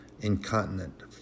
incontinent